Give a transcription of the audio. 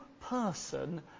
person